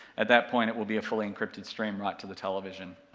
at that point it will be a fully encrypted stream right to the television,